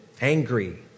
angry